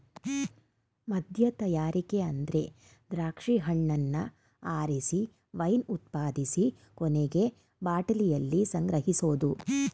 ಮದ್ಯತಯಾರಿಕೆ ಅಂದ್ರೆ ದ್ರಾಕ್ಷಿ ಹಣ್ಣನ್ನ ಆರಿಸಿ ವೈನ್ ಉತ್ಪಾದಿಸಿ ಕೊನೆಗೆ ಬಾಟಲಿಯಲ್ಲಿ ಸಂಗ್ರಹಿಸೋದು